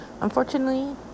Unfortunately